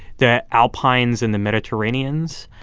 the alpines and the mediterraneans